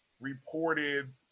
reported